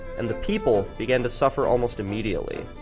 and the people began to suffer almost immediately.